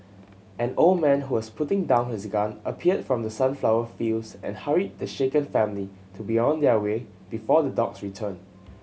an old man who was putting down his gun appeared from the sunflower fields and hurried the shaken family to be on their way before the dogs return